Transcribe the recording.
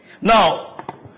Now